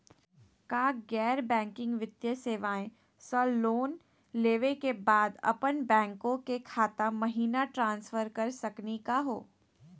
का गैर बैंकिंग वित्तीय सेवाएं स लोन लेवै के बाद अपन बैंको के खाता महिना ट्रांसफर कर सकनी का हो?